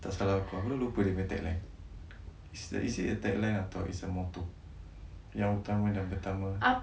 tak salah aku aku dah lupa dia punya tagline is it a tagline atau it's a motto yang utama dan pertama